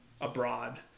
abroad